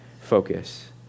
focus